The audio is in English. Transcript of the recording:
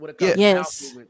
Yes